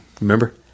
Remember